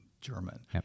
German